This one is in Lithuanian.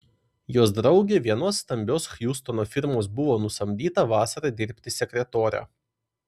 jos draugė vienos stambios hjustono firmos buvo nusamdyta vasarą dirbti sekretore